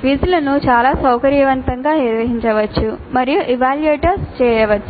క్విజ్లను చాలా సౌకర్యవంతంగా నిర్వహించవచ్చు మరియు ఎవాల్యూయేట్ చేయవచ్చు